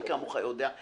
מי כמוך יודע,